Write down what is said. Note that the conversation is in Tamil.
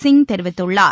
சிங் தெரிவித்துள்ளார்